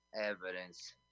Evidence